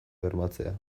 bermatzea